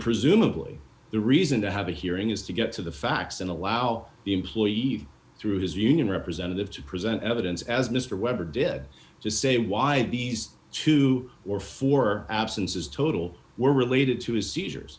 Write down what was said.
presumably the reason to have a hearing is to get to the facts and allow the employee through his union representative to present evidence as mr weber did just say why these two or four absences total were related to his seizures